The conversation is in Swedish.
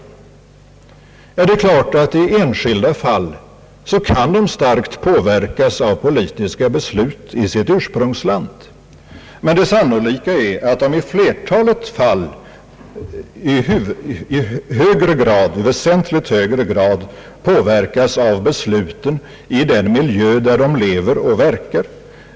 Det är klart att de i enskilda fall starkt kan påverkas av politiska beslut i sitt ursprungsland, men det sannolika är att de i flertalet fall i väsentligt högre grad påverkas av besluten i den miljö där de lever och verkar.